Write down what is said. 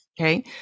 okay